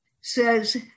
says